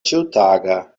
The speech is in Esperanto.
ĉiutaga